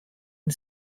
and